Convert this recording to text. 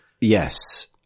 yes